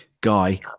Guy